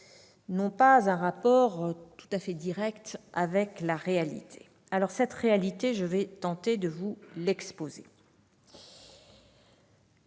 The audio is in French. n'ont pas un rapport tout à fait direct avec la réalité. Cette réalité, je vais tenter de vous l'exposer.